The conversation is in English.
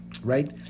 right